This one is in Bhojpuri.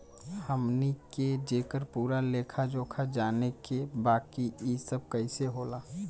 हमनी के जेकर पूरा लेखा जोखा जाने के बा की ई सब कैसे होला?